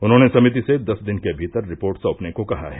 उन्होंने समिति से दस दिन के भीतर रिपोर्ट सौंपने को कहा है